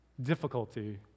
difficulty